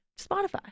spotify